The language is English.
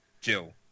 Jill